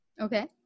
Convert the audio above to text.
Okay